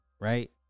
Right